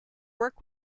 work